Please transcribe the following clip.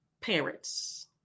parents